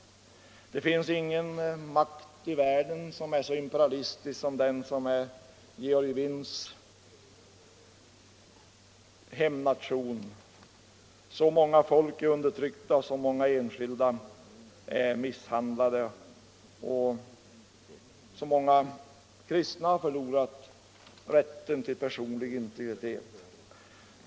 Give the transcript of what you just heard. Det finns ingen makt i världen som är så imperialistisk som den som är Georgij Petrovitch Vins hemnation. Så många folk är undertryckta och så många enskilda människor är misshandlade och så många kristna har där förlorat rätten till personlig integritet.